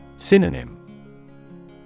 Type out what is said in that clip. Synonym